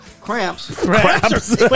Cramps